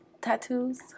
tattoos